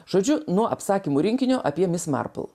žodžiu nuo apsakymų rinkinio apie mis marpl